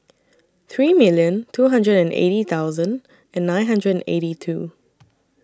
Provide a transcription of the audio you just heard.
three million two hundred and eighty thousand and nine hundred and eighty two